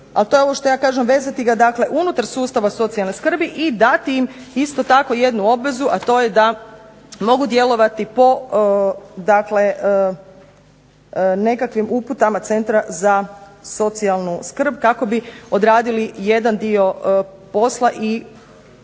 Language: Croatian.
a to je ovo što ja kažem vezati ga dakle unutar sustava socijalne skrbi, i dati im isto tako jednu obvezu, a to je da mogu djelovati po dakle nekakvim uputama centra za socijalnu skrb, kako bi odradili jedan dio posla i tako bi